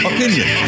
Opinion